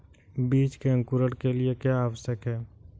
बीज के अंकुरण के लिए क्या आवश्यक है?